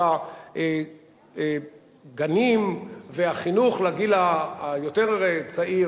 את הגנים והחינוך לגיל היותר צעיר